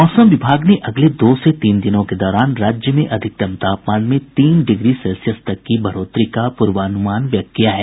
मौसम विभाग ने अगले दो तीन दिनों के दौरान राज्य में अधिकतम तापमान में तीन डिग्री सेल्सियस तक की बढ़ोतरी का पूर्वानुमान व्यक्त किया है